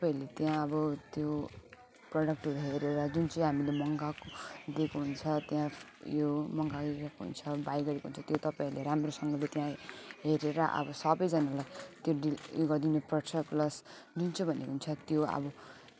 तपाईँहरूले त्यहाँ अब त्यो प्रडक्टहरू हेरेर जुन चाहिँ हामीले मगाएको दिएको हुन्छ त्यहाँ यो मगाएको हुन्छ बाई गरेको हुन्छ त्यो तपाईँहरूले राम्रोसँगले त्यहाँ हेरेर अब सबैजनालाई त्यो डिल यो गरिदिनुपर्छ प्लस जुन चाहिँ भनेको हुन्छ त्यो अब